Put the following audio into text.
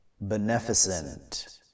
beneficent